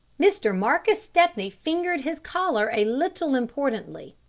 mr. marcus stepney fingered his collar a little importantly.